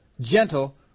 gentle